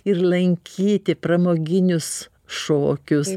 ir lankyti pramoginius šokius